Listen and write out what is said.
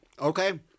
Okay